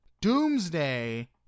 Doomsday